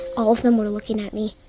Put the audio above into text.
all of them were looking at me.